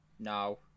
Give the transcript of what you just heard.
No